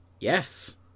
Yes